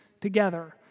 together